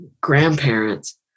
grandparents